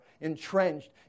entrenched